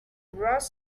roast